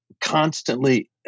constantly